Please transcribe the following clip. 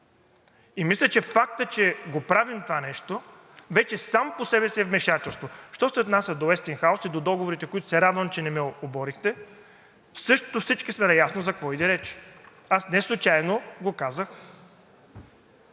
И мисля, че фактът, че правим това нещо, вече само по себе си е вмешателство. Що се отнася до „Уестингхаус“ и до договорите, които се радвам, че не ме оборихте, също всички сме наясно за какво иде реч. Неслучайно го казах